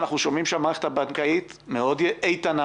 אנחנו שומעים שהמערכת הבנקאית מאוד איתנה